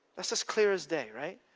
that's as clear as day, right?